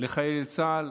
לחיילי צה"ל,